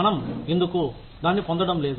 మనం ఎందుకు దాన్ని పొందడం లేదు